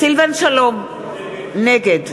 סילבן שלום, נגד